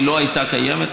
היא לא הייתה קיימת,